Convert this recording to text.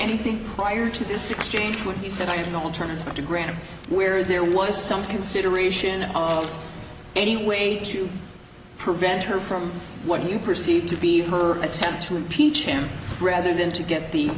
anything prior to this exchange when he said i have no alternative but to grant him where there was some consideration anyway to prevent her from what you perceive to be her attempt to impeach him rather than to get the